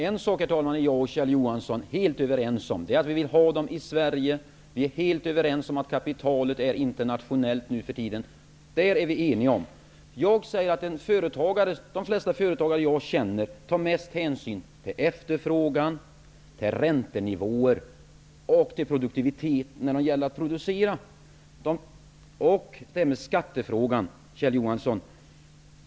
Herr talman! En sak är jag och Kjell Johansson helt överens om, och det är att vi vill ha dem i Sverige. Vi är helt överens om att kapitalet är internationellt nu för tiden. De flesta företagare jag känner tar mest hänsyn till efterfrågan, till räntenivåer och till produktivitet när det gäller att producera. Så till skattefrågan, Kjell Johansson.